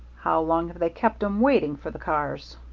how long have they kept em waiting for the cars?